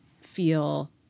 feel